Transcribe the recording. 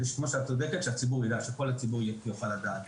את צודקת, שכל הציבור יוכל לדעת.